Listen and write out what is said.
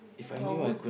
what would